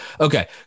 Okay